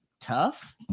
tough